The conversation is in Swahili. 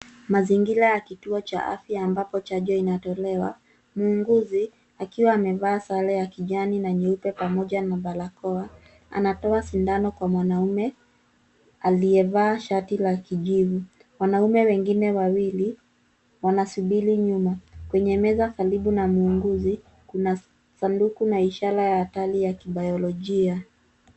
Mazingira ya kituo cha afya ambapo chanjo inatolewa. Muuguzi akiwa amevaa sare ya kijani na nyeupe pamoja na barakoa, anatoa sindano kwa mwanaume aliyevaa shati la kijivu. Wanaume wengine wawili wanasubiri nyuma. Kwenye meza karibu na muuguzi kuna sanduku na ishara ya hatari ya kibayolojia.